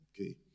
Okay